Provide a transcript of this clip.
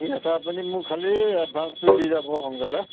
ঠিক আছে আপুনি মোক খালি এডভাঞ্চটো দি যাব সোনকালে